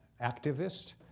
activists